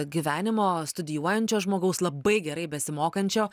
gyvenimo studijuojančio žmogaus labai gerai besimokančio